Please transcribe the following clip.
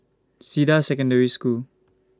Cedar Secondary School